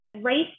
Race